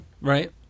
right